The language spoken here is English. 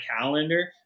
calendar